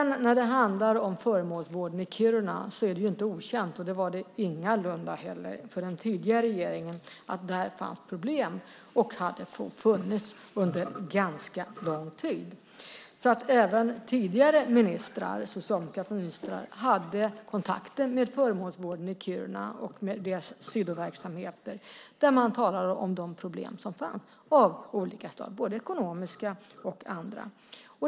När det sedan handlar om föremålsvården i Kiruna är det inte okänt, och det var det ingalunda heller för den tidigare regeringen, att där fanns och hade funnits problem under ganska lång tid. Även tidigare, socialdemokratiska ministrar hade kontakter med föremålsvården i Kiruna och deras sidoverksamheter som talade om de problem som fanns av olika slag, både ekonomiska och andra.